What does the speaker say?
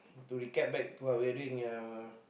to recap back to what we are doing